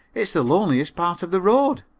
it's the loneliest part of the road.